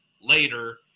later